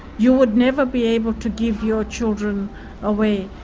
you would never be able to give your children away,